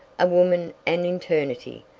a woman an eternity,